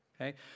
okay